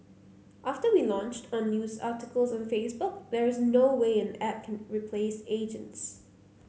after we launched on news articles on Facebook there's no way an app can replace agents